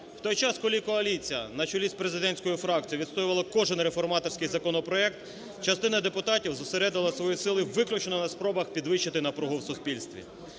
В той час, коли коаліція на чолі з президентською фракцією відстоювала кожен реформаторський законопроект, частина депутатів зосередила свої сили виключно на спробах підвищити напругу в суспільстві.